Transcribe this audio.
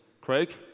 Craig